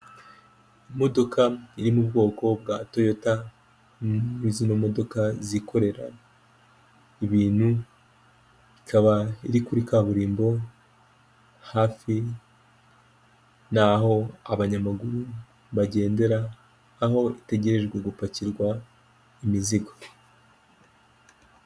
Imodoka iri mu bwoko bwa toyota zino modoka zikorera ibintu, ikaba iri kuri kaburimbo hafi naho abanyamaguru bagendera aho itegerejwe gupakirwa imizigo.